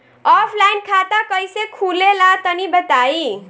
Offline खाता कइसे खुले ला तनि बताई?